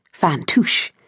Fantouche